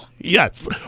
Yes